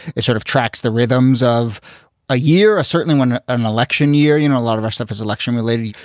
it sort of tracks the rhythms of a year. certainly when an election year, you know, a lot of our stuff is election related.